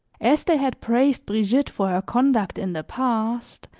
as they had praised brigitte for her conduct in the past,